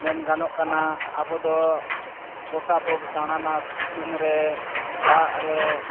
ᱢᱮᱱ ᱜᱟᱱᱚᱜ ᱠᱟᱱᱟ ᱟᱵᱚᱫᱚ ᱜᱳᱴᱟᱵᱚᱱ ᱫᱟᱬᱟᱱᱟ ᱥᱤᱛᱩᱝ ᱨᱮ ᱫᱟᱜ ᱨᱮ